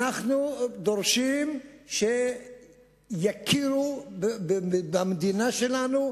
אנחנו דורשים שיכירו במדינה שלנו,